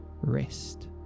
rest